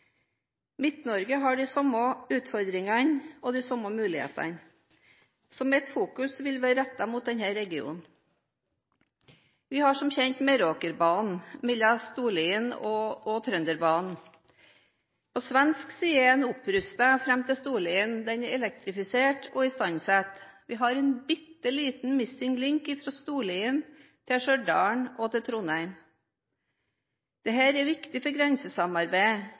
har de samme utfordringene og de samme mulighetene. Så mitt fokus vil være rettet mot denne regionen. Vi har, som kjent, Meråkerbanen mellom Storlien og Trønderbanen. På svensk side er den opprustet fram til Storlien, den er elektrifisert og istandsatt. Vi har en bitte liten missing link fra Storlien til Stjørdalen og til Trondheim. Dette er viktig for grensesamarbeidet,